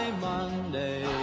Monday